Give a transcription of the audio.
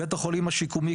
בית החולים השיקומי,